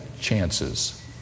chances